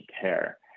care